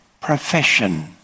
profession